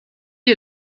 est